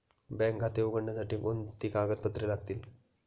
Bank खाते उघडण्यासाठी कोणती कागदपत्रे लागतील?